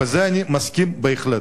לזה אני מסכים בהחלט.